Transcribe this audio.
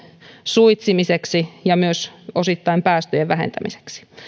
suitsimiseksi ja myös osittain päästöjen vähentämiseksi